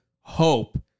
hope